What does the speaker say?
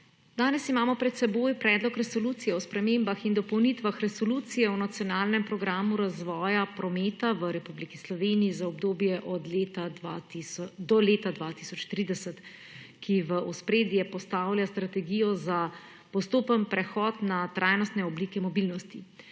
danes imamo pred seboj predlog resolucije o spremembah in dopolnitvah resolucije o nacionalnem programu razvoja prometa v Republiki Sloveniji za obdobje do leta 2030, ki v ospredje postavlja strategijo za postopen prehod na trajnostne oblike mobilnosti.